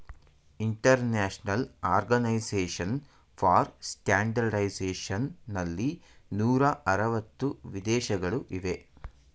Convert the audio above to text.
international organisation for standardisation ನಲ್ಲಿ ನೂರ ಅರವತ್ತು ವಿದೇಶಗಳು ಇವೆ